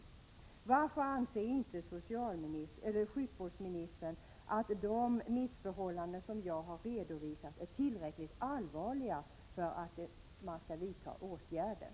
å Varför anser inte socialministern att de missförhållanden som jag har redovisat är tillräckligt allvarliga för att man skall vidta åtgärder?